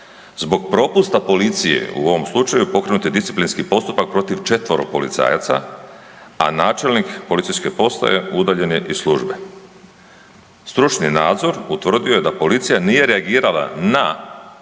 Zbog propusta policije u ovom slučaju pokrenut je disciplinski postupak protiv 4-ero policajaca, a načelnik policijske postaje udaljen je iz službe. Stručni nadzor utvrdio je da policija nije reagirala na prijave